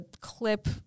clip